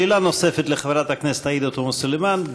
שאלה נוספת לחברת הכנסת עאידה תומא סלימאן.